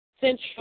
Central